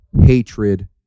hatred